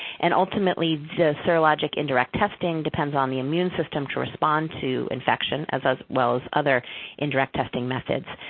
and ultimately, the serologic indirect testing depends on the immune system to respond to infection, as as well as other indirect testing methods,